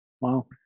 Wow